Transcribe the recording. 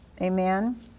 Amen